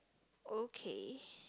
okay